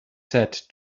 said